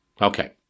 Okay